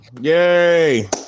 Yay